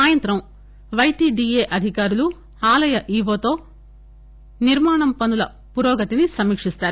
సాయంత్రం పైటీడీఏ అధికారులుఆలయ ఈవోతో నిర్మాణ పనుల పురోగతిని సమీక్షిస్తారు